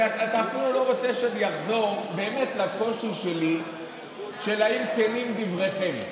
אתה אפילו לא רוצה שזה יחזור לקושי שלי של האם כנים דבריכם,